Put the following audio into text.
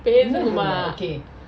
பேசணுமா:pesanuma